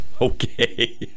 okay